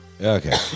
Okay